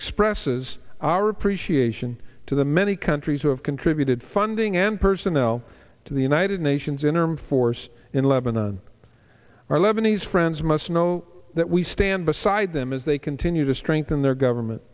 expresses our appreciation to the many countries who have contributed funding and personnel to the united nations interim force in lebanon our lebanese friends must know that we stand beside them as they continue to strengthen their government